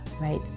right